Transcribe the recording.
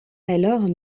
alors